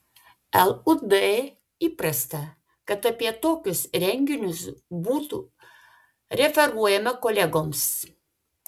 lud įprasta kad apie tokius renginius būtų referuojama kolegoms